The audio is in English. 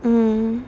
mm